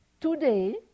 Today